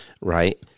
right